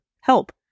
help